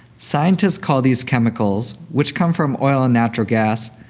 scientists call these chemicals, which come from oil and natural gas,